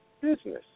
business